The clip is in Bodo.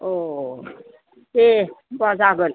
औ दे होनबा जागोन